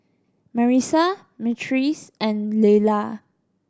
Marissa Myrtice and Leila